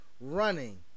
running